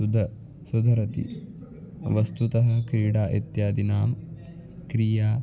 सदा सुधरति वस्तुतः क्रीडा इत्यादीनां क्रिया